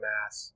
Mass